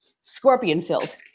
scorpion-filled